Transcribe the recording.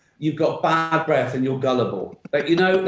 you've got bad breath and you're gullible. but you know?